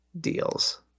deals